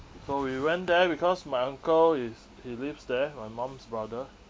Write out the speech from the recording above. so we went there because my uncle is he lives there my mum's brother